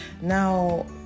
Now